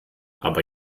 aber